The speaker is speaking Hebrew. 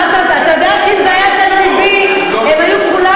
אתה יודע שאם זה היה תלוי בי הם היו כולם